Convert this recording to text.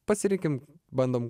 pasirinkim bandom